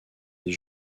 des